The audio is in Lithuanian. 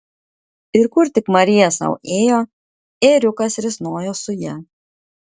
ir kur tik marija sau ėjo ėriukas risnojo su ja